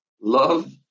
love